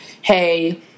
hey